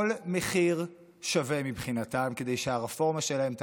כל מחיר שווה מבחינתם כדי שהרפורמה שלהם תעבור,